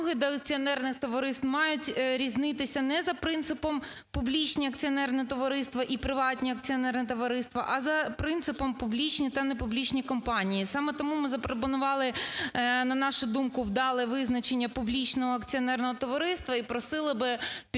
вимоги до акціонерних товариств мають різнитися не за принципом публічні акціонерні товариства і приватні акціонерні товариства, а за принципом публічні та не публічні компанії. Саме тому ми запропонували, на нашу думку, вдале визначення публічного акціонерного товариства і просили б підтримати